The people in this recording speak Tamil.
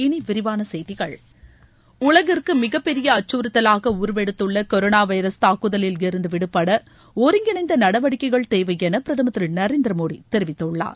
இனி விரிவான செய்திகள் உலகிற்கு மிகப்பெரிய அச்சுறுத்தவாக உருவெடுத்துள்ள கொரோனா வைரஸ் தாக்குதலில் இருந்து விடுபட ஒருங்கிணைந்த நடவடிக்கைகள் தேவை என பிரதமர் திரு நரேந்திர மோடி தெரிவித்துள்ளார்